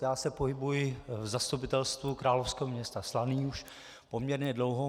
Já se pohybuji v Zastupitelstvu královského města Slaný už poměrně dlouho.